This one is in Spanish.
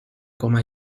coma